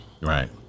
Right